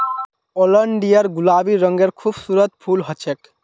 oleander गुलाबी रंगेर खूबसूरत फूल ह छेक